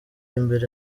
imbere